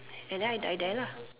and then I die there lah